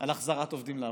על החזרת עובדים לעבודה.